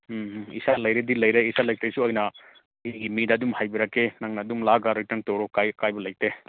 ꯎꯝ ꯏꯁꯥ ꯂꯩꯔꯗꯤ ꯂꯩꯔꯦ ꯂꯩꯇ꯭ꯔꯁꯨ ꯑꯩꯅ ꯑꯩꯒꯤ ꯃꯤꯗ ꯑꯗꯨꯝ ꯍꯥꯏꯕꯤꯔꯛꯀꯦ ꯅꯪꯅ ꯑꯗꯨꯝ ꯂꯥꯛꯑꯒ ꯔꯤꯇꯔꯟ ꯇꯧꯔꯣ ꯀꯥꯏ ꯀꯥꯏꯕ ꯂꯩꯇꯦ